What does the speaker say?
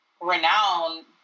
renowned